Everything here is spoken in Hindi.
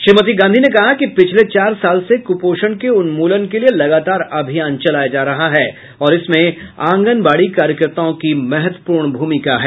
श्रीमती गांधी ने कहा कि पिछले चार साल से कुपोषण के उन्मूलन के लिए लगातार अभियान चलाया जा रहा है और इसमें आंगनबाड़ी कार्यकर्ताओं की महत्वपूर्ण भूमिका है